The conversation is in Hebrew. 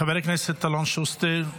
חבר הכנסת אלון שוסטר,